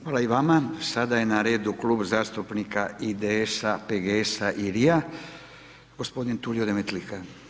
Hvala i vama, sada je na redu Klub zastupnika IDS-a, PGS-a i LRI-a, gospodin Tulio Demetlika.